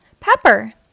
Pepper